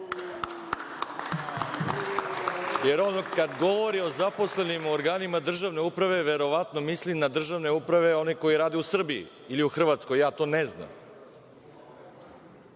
Jer, on kada govori o zaposlenima u organima državne uprave, verovatno misli na državne uprave onih koji rade u Srbiji, ili u Hrvatskoj, ja to ne znam. Ja